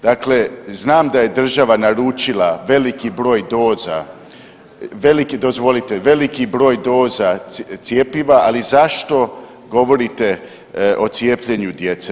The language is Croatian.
Dakle, znam da je država naručila veliki broj doza, veliki, dozvolite, veliki broj doza cjepiva, ali zašto govorite o cijepljenju djece?